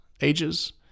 ages